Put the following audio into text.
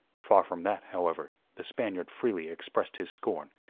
far from that, however, the spaniard freely expressed his scorn.